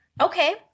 Okay